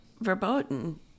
verboten